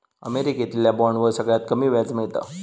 अमेरिकेतल्या बॉन्डवर सगळ्यात कमी व्याज मिळता